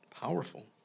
powerful